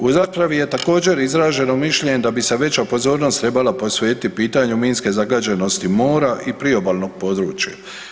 U raspravi je također izraženo mišljenje da bi se veća pozornost trebala posvetiti pitanju minske zagađenosti mora i priobalnog područja.